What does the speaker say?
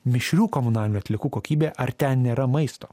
mišrių komunalinių atliekų kokybė ar ten nėra maisto